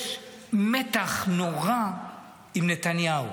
יש מתח נורא עם נתניהו,